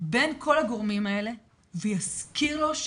בין כל הגורמים האלה ויזכיר לו,